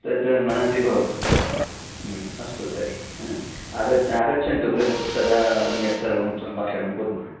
तत् मनसि भवतु अस्तु तर्हि अहम् आगत्य आगच्छन्तु गृहं तदा अन्यत् सर्वं सम्भाषणं कुर्मः